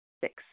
Six